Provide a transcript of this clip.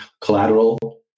collateral